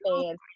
fans